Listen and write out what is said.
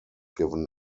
given